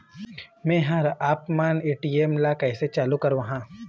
मैं हर आपमन ए.टी.एम ला कैसे चालू कराहां?